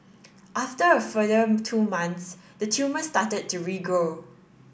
after a further two months the tumour started to regrow